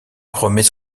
remet